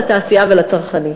לתעשייה ולצרכנים.